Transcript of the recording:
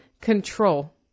control